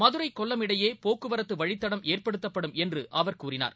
மதுரை கொல்லம் இடையேபோக்குவரத்துவழித்தடம் ஏற்படுத்தப்படும் என்றுஅவர் கூறினார்